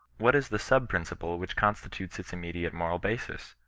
what is the sub-principle which constitutes its immediate moral basis?